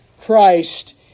Christ